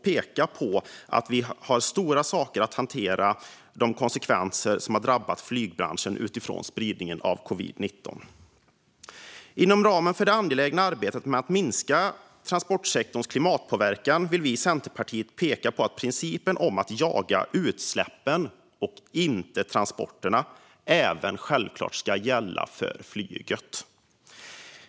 Vi måste peka på att stora konsekvenser har drabbat flygbranschen på grund av spridningen av covid-19. Inom ramen för det angelägna arbetet med att minska transportsektorns klimatpåverkan vill vi i Centerpartiet peka på att principen om att jaga utsläppen, inte transporterna, självklart ska gälla även flyget.